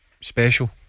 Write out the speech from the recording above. special